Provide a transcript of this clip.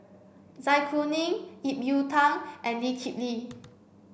Zai Kuning Ip Yiu Tung and Lee Kip Lee